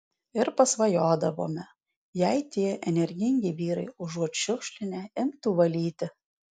ir pasvajodavome jei tie energingi vyrai užuot šiukšlinę imtų valyti